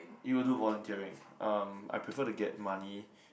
even do volunteering um I prefer to get money